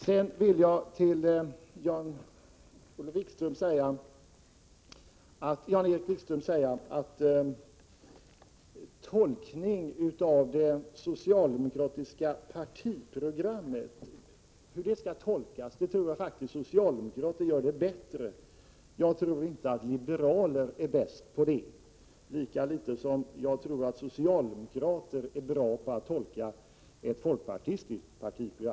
Sedan vill jag till Jan-Erik Wikström säga att jag faktiskt tror att socialdemokrater är bättre på att avgöra hur det socialdemokratiska partiprogrammet skall tolkas — jag tror inte att liberaler är bäst på det, lika litet som jag tror att socialdemokrater är bra på att tolka det folkpartistiska partiprogrammet.